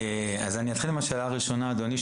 אני אתחיל מהשאלה הראשונה אדוני,